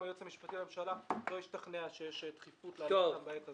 היועץ המשפטי לממשלה לא השתכנע שיש דחיפות להעביר בעת הזאת.